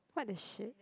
!what the shit!